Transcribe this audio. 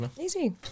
easy